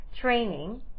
training